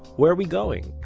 where are we going?